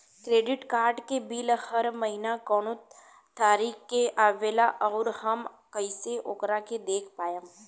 Credit card के bill हर महीना कौना तारीक के आवेला और आउर हम कइसे ओकरा के देख पाएम?